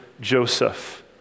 Joseph